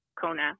Kona